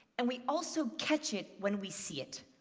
and we also catch it when we see it.